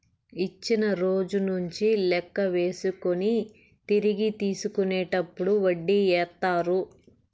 ఇచ్చిన రోజు నుంచి లెక్క వేసుకొని తిరిగి తీసుకునేటప్పుడు వడ్డీ ఏత్తారు